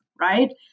right